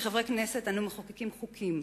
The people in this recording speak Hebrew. כחברי הכנסת אנו מחוקקים חוקים,